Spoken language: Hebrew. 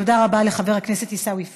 תודה רבה לחבר הכנסת עיסאווי פריג'.